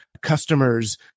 customers